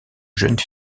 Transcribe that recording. jeune